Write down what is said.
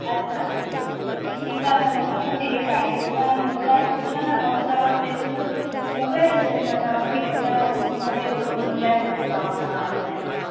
अच्छा ठीकु आहे त मूंखे आहे न इहो टाईम ते तव्हां मोकलाए छॾिजो न ऐं तव्हां बिल मोकलाए छॾिजो मां तव्हांखे पैसा ओॾीमल ई रोक मोकलाए छॾंदीमांव उन माण्हूअ ए हथां